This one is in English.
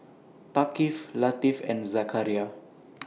Thaqif Latif and Zakaria